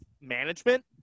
management